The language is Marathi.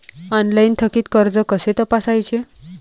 ऑनलाइन थकीत कर्ज कसे तपासायचे?